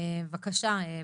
בבקשה פרופ'